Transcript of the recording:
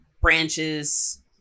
branches